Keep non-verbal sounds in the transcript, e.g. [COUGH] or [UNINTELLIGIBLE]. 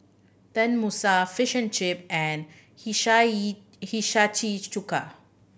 Tenmusu Fish and Chip and Hishayi [UNINTELLIGIBLE] Chuka